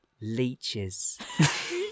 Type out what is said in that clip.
leeches